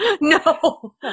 No